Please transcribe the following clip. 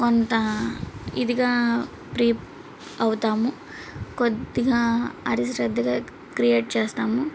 కొంతా ఇదిగా ప్రీప్ అవుతాము కొద్దిగా అశ్రద్దగా క్రియేట్ చేస్తాము